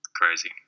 Crazy